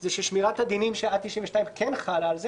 זה ששמירת הדינים שעד 92' כן חלה על זה,